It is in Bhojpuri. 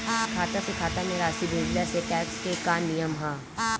खाता से खाता में राशि भेजला से टेक्स के का नियम ह?